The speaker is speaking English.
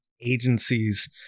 agencies